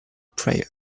prayer